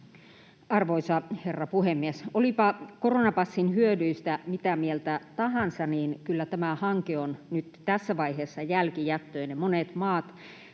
Arvoisa herra puhemies! Olipa koronapassin hyödyistä mitä mieltä tahansa, niin kyllä tämä hanke on nyt tässä vaiheessa jälkijättöinen. Monet maat